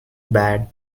bad